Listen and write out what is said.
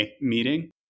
meeting